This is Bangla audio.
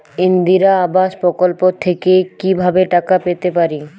ইন্দিরা আবাস প্রকল্প থেকে কি ভাবে টাকা পেতে পারি?